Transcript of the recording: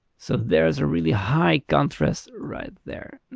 so there is a really high contrast right there.